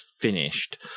finished